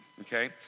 okay